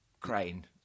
crane